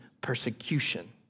persecution